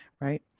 right